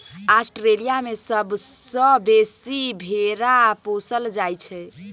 Australia मे सबसँ बेसी भेरा पोसल जाइ छै